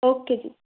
okay ਜੀ